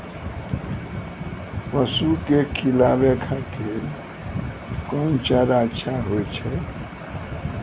पसु के खिलाबै खातिर कोन चारा अच्छा होय छै?